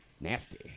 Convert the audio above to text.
Nasty